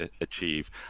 achieve